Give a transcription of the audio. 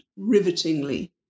rivetingly